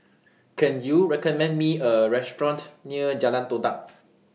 Can YOU recommend Me A Restaurant near Jalan Todak